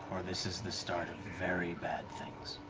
or this is the start of very bad things.